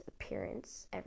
appearance